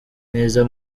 neza